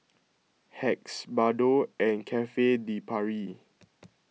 Hacks Bardot and Cafe De Paris